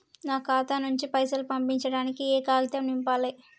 నా ఖాతా నుంచి పైసలు పంపించడానికి ఏ కాగితం నింపాలే?